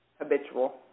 habitual